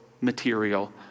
material